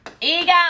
ego